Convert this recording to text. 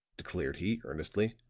declared he, earnestly.